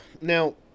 Now